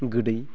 गोदै